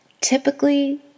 typically